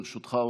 ברשותך,